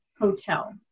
hotel